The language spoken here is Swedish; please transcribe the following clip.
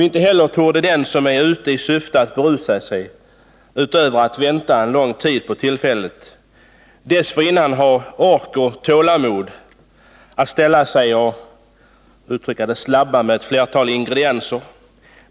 Inte heller torde den som är ute i syfte att berusa sig utöver denna långa väntan dessförinnan ha haft ork och tålamod att ”slabba” med ett flertal ingredienser.